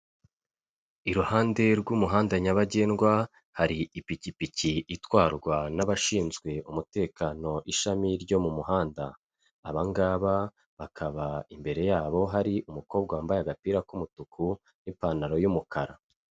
Iruhande rw'umuhanda nyabagendwa hari ipikipiki itwarwa n'abashinzwe umutekano ishami ryo mu muhanda, aba ngaba bakaba imbere yabo hari umukobwa wambaye agapira k'umutuku n'ipantaro y'umukara.